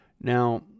Now